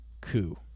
coup